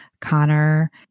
Connor